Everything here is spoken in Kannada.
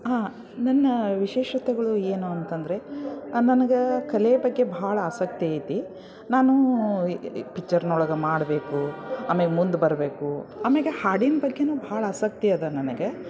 ಹಾಂ ನನ್ನ ವಿಶೇಷತೆಗಳು ಏನು ಅಂತಂದರೆ ನನಗೆ ಕಲೆ ಬಗ್ಗೆ ಭಾಳ ಆಸಕ್ತಿ ಐತಿ ನಾನೂ ಪಿಚ್ಚರ್ನೊಳಗೆ ಮಾಡಬೇಕು ಆಮೇಲ್ ಮುಂದೆ ಬರಬೇಕು ಆಮ್ಯಾಲೆ ಹಾಡಿನ ಬಗ್ಗೆಯೂ ಭಾಳ ಆಸಕ್ತಿ ಅದ ನನಗೆ